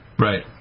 Right